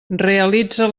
realitza